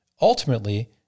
Ultimately